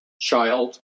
child